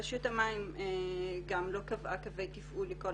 רשות המים גם לא קבעה קווי תפעול לכל